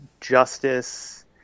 justice